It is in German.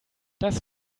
das